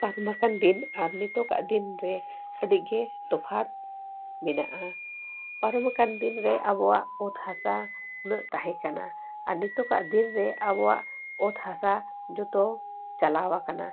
ᱯᱟᱨᱚᱢ ᱟᱠᱟᱱ ᱫᱤᱱ ᱟᱨ ᱱᱤᱛᱚᱜ ᱫᱤᱱ ᱨᱮ ᱟᱹᱰᱤ ᱜᱮ ᱛᱚᱯᱷᱟᱛ ᱢᱮᱱᱟᱜᱼᱟ ᱯᱟᱨᱚᱢ ᱟᱠᱟᱱ ᱫᱤᱱ ᱨᱮ ᱟᱵᱚᱣᱟᱜ ᱚᱛ ᱦᱟᱥᱟ ᱩᱱᱟᱹᱜ ᱛᱟᱦᱮᱸ ᱠᱟᱱᱟ ᱟᱨ ᱱᱤᱛᱚᱜ ᱫᱤᱱ ᱨᱮ ᱟᱵᱚᱣᱟᱜ ᱚᱛ ᱦᱟᱥᱟ ᱡᱚᱛᱚ ᱪᱟᱞᱟᱣ ᱟᱠᱟᱱᱟ